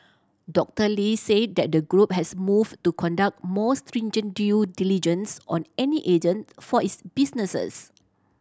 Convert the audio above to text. Doctor Lee said that the group has move to conduct more stringent due diligence on any agents for its businesses